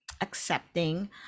accepting